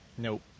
Nope